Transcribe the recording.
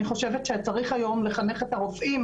אני חושבת שצריך היום לחנך את הרופאים